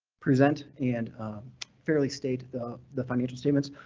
present and fairly state the the financial statements.